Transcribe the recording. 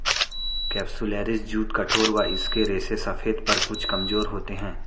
capsularis jute कठोर व इसके रेशे सफेद पर कुछ कमजोर होते हैं